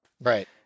Right